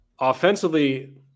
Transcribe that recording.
offensively